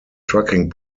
trucking